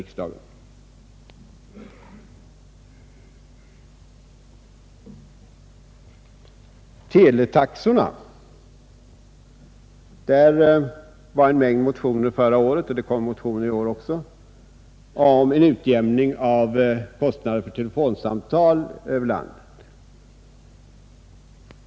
Beträffande teletaxorna väcktes förra året en mängd motioner, och det kommer motioner även i år, om en utjämning av kostnaderna för telefonsamtal över landet.